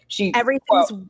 Everything's